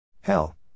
Hell